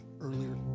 earlier